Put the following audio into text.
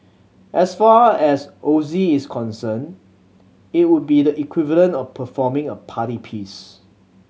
as far as O Z is concerned it would be the equivalent of performing a party piece